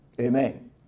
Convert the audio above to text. Amen